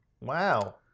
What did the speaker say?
Wow